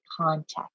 context